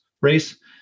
race